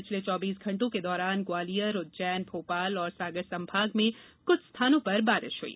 पिछले चौबीस घण्टों के दौरान ग्वालियर उज्जैन भोपाल सागर संभाग में कुछ स्थानों पर बारिश हुई